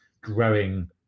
growing